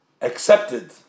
accepted